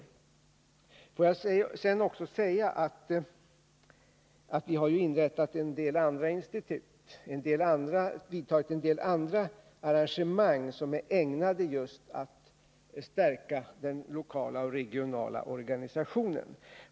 Vidare har vi inrättat en del andra institut. Vi har vidtagit en del andra arrangemang som är ägnade att just stärka den lokala och regionala organisationen.